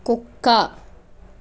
కుక్క